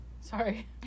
Sorry